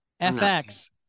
FX